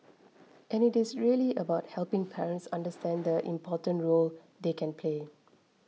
and it is really about helping parents understand the important role they can play